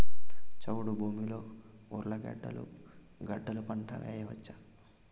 చౌడు భూమిలో ఉర్లగడ్డలు గడ్డలు పంట వేయచ్చా?